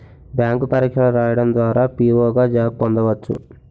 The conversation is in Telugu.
బ్యాంక్ పరీక్షలు రాయడం ద్వారా పిఓ గా జాబ్ పొందవచ్చు